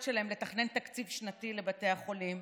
שלהם לתכנן תקציב שנתי לבתי החולים,